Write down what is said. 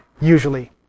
usually